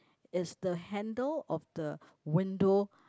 is the handle of the window